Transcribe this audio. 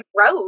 road